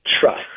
trust